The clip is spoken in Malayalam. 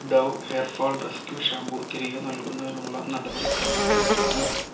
Dove hair fall rescue shampoo തിരികെ നൽകുന്നതിനുള്ള നടപടിക്രമം എന്താണ്